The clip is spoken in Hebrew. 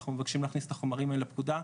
אנחנו מבקשים להכניס את החומרים האלה לפקודה,